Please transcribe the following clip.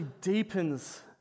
deepens